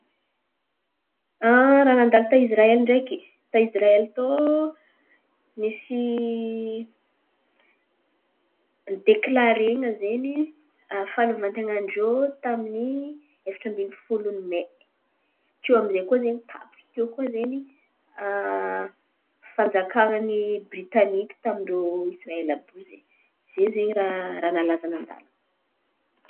raha nandalo ta Israely ndraiky. Ia Israely tao nisy deklaren̈a zen̈y fahaleovantenan-drô tamin’ny efatra amby ny folo ny Mey. Tiô amizay koa zen̈y tapitra tiô koa zen̈y fanjakanan’ny Britaniky tamin-drô Israely àby iô izen̈y. Zen̈y zen̈y raha nalaza nandalo.